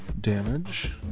damage